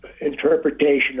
interpretation